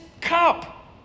cup